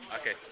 Okay